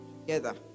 together